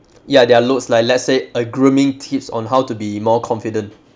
ya there are loads like let's say a grooming tips on how to be more confident